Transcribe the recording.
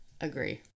Agree